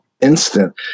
instant